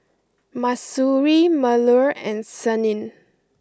Mahsuri Melur and Senin